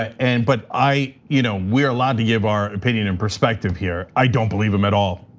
and but i, you know we're allowed to give our opinion and perspective here. i don't believe him at all.